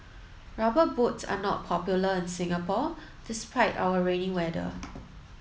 rubber boots are not popular in Singapore despite our rainy weather